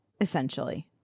essentially